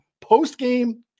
post-game